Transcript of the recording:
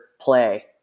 play